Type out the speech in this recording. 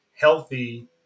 healthy